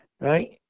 right